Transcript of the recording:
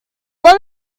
long